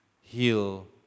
heal